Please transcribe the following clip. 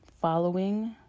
following